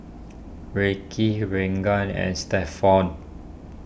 Ricki Reagan and Stephon